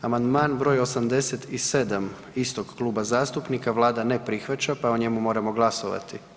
Amandman br. 87. istog kluba zastupnika, Vlada ne prihvaća pa o njemu moramo glasovati.